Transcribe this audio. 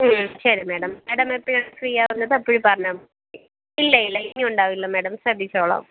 ശരി madam madam എപ്പോഴാണ് ഫ്രീയാകുന്നത് അപ്പോൾ പറഞ്ഞാൽ മതി ഇല്ലയില്ല എനിയുണ്ടാവില്ല മാഡം ശ്രദ്ധിച്ചോളാം